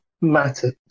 matter